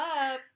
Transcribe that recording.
up